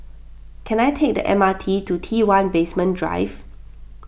can I take the M R T to T one Basement Drive